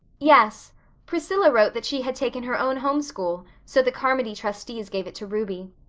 yes priscilla wrote that she had taken her own home school, so the carmody trustees gave it to ruby.